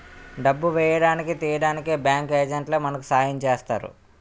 డబ్బు వేయడానికి తీయడానికి బ్యాంకు ఏజెంట్లే మనకి సాయం చేస్తారు